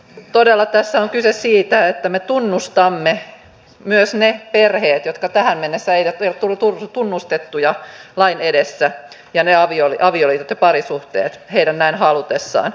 todella tässä on kyse siitä että me tunnustamme myös ne perheet jotka tähän mennessä eivät ole vielä olleet tunnustettuja lain edessä ja ne avioliitot ja parisuhteet heidän näin halutessaan